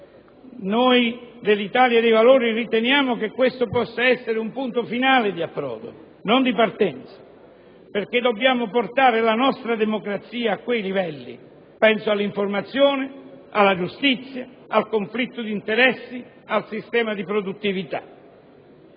Noi dell'Italia dei Valori riteniamo che questo possa essere un punto finale, un approdo e non un punto di partenza, perché dobbiamo portare la nostra democrazia a quei livelli: penso all'informazione, alla giustizia, al conflitto di interessi, al sistema di produttività.